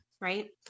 right